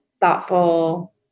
thoughtful